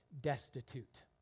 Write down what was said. destitute